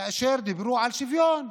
כאשר דיברו על שוויון,